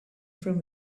from